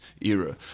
era